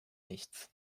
nichts